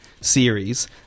Series